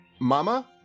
Mama